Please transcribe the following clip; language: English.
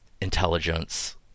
intelligence